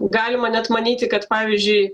galima net manyti kad pavyzdžiui